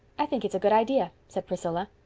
i think it's a good idea, said priscilla.